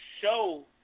show